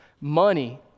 Money